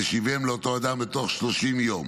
תשיבם לאותו אדם בתוך 30 יום.